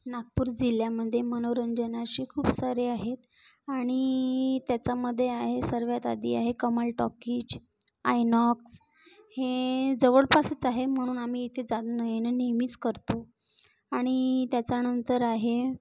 नागपूर जिल्ह्यामध्ये मनोरंजन अशी खूप सारे आहेत आणि त्याच्यामध्ये आहे सर्वात आधी आहे कमल टॉकीज आयनॉकस् हे जवळपासच आहे म्हणून आम्ही इथे जाणं येणं नेहमीच करतो आणि त्याच्यानंतर आहे